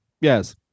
yes